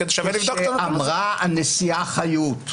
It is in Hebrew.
ושווה לבדוק את הנתון הזה.